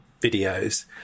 videos